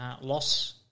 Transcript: loss